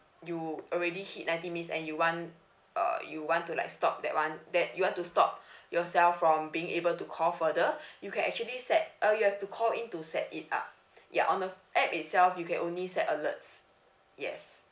you already hit ninety minutes and you want uh you want to like stop that one that you want to stop yourself from being able to call further you can actually set uh you have to call in to set it up ya on the app itself you can only set alerts yes